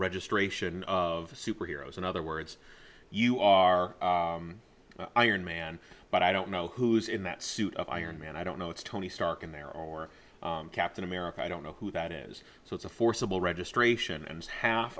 registration of superheroes in other words you are iron man but i don't know who's in that suit of iron man i don't know it's tony stark in there or captain america i don't know who that is so it's a forcible registration and half